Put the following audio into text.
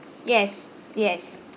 yes yes